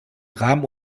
rahmen